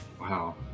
Wow